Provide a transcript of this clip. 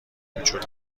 کوچولو